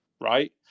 right